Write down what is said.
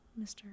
Mr